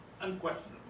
unquestionable